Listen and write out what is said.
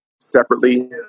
separately